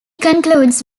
concludes